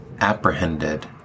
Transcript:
apprehended